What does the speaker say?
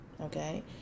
Okay